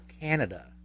Canada